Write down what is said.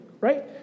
right